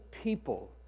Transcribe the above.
people